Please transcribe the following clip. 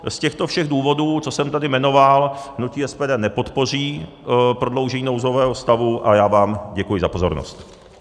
Z těchto všech důvodů, co jsem tady jmenoval, hnutí SPD nepodpoří prodloužení nouzového stavu a já vám děkuji za pozornost.